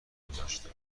گذاشتم